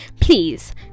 Please